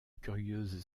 curieuse